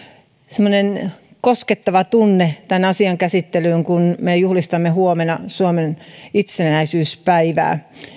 semmoinen koskettava tunne liittyen tämän asian käsittelyyn kun me juhlistamme huomenna suomen itsenäisyyspäivää